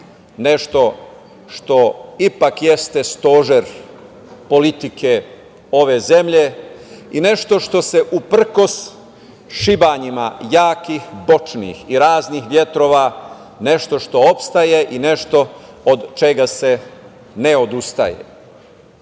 nešto što ipak jeste stožer politike ove zemlje i nešto što uprkos šibanjima jakih, bočnih i raznih vetrova, nešto što opstaje i nešto od čega se ne odustaje. Bez